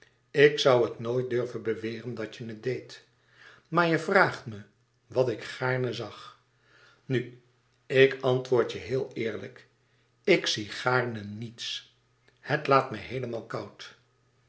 ik zoû het nooit durven beweren dat je het deed maar je vraagt me wat ik gaarne zag nu ik antwoord je heel eerlijk ik zie gaarne niets het laat me heelemaal koud